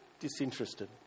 Disinterested